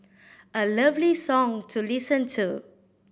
a lovely song to listen to